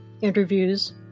interviews